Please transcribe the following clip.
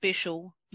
special